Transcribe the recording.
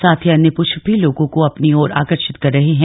साथ ही अन्य प्रश्प भी लोगों को अपनी ओर आकर्शित कर रहे हैं